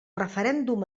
referèndum